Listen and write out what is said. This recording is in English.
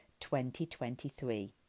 2023